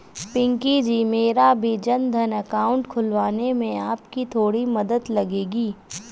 पिंकी जी मेरा भी जनधन अकाउंट खुलवाने में आपकी थोड़ी मदद लगेगी